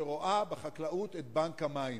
שרואה בחקלאות את בנק המים,